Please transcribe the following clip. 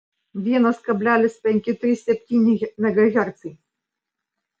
vienas kablelis penki trys septyni megahercai